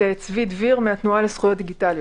התנועה לזכויות דיגיטליות.